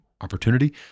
opportunity